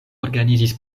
organizis